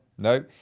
No